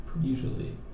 Usually